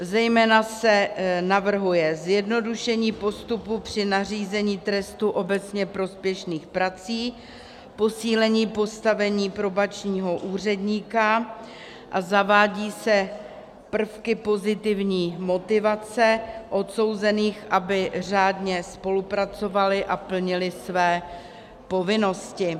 Zejména se navrhuje zjednodušení postupu při nařízení trestu obecně prospěšných prací, posílení postavení probačního úředníka a zavádějí se prvky pozitivní motivace odsouzených, aby řádně spolupracovali a plnili své povinnosti.